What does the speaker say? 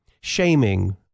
shaming